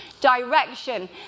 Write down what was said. direction